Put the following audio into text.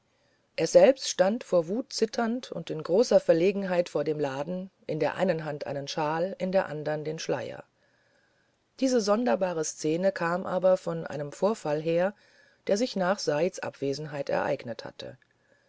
er selbst stand vor wut zitternd und in großer verlegenheit vor dem laden in der einen hand einen shawl in der andern den schleier diese sonderbare szene kam aber von einem vorfall her der sich nach saids abwesenheit ereignet hatte